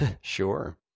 Sure